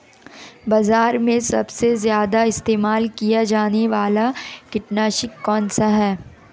बाज़ार में सबसे ज़्यादा इस्तेमाल किया जाने वाला कीटनाशक कौनसा है?